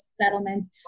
settlements